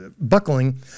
buckling